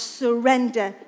surrender